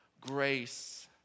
Grace